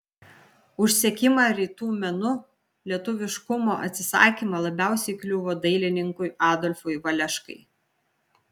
už sekimą rytų menu lietuviškumo atsisakymą labiausiai kliuvo dailininkui adolfui valeškai